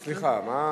סליחה, מה?